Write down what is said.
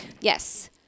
Yes